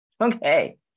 okay